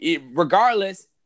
Regardless